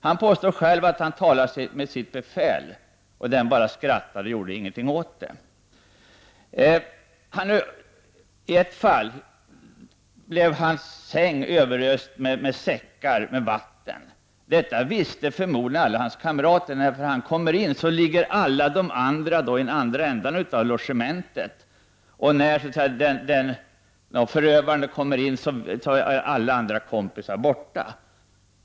Han påstår själv att han talade med sitt befäl men att denne bara skrattade och inte gjorde något åt situationen. Vid ett tillfälle blev hans säng överöst med säckar fyllda med vatten. Detta visste förmodligen alla hans kamrater, för när han kom in på logementet låg alla de andra i andra ändan av rummet. När förövaren kommer in är alla andra kamrater borta.